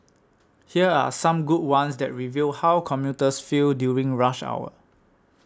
here are some good ones that reveal how commuters feel during rush hour